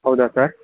ಹೌದಾ ಸರ್